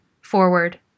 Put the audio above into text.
forward